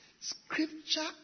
Scripture